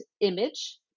image